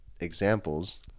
examples